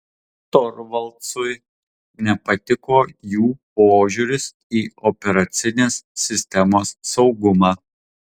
torvaldsui nepatiko jų požiūris į operacinės sistemos saugumą